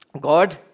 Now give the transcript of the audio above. God